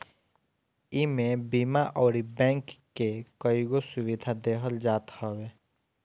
इमे बीमा अउरी बैंक के कईगो सुविधा देहल जात हवे